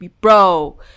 bro